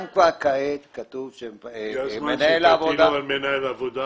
גם כעת כבר כתוב שמנהל העבודה